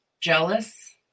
jealous